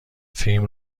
فیلم